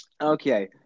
okay